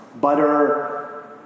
butter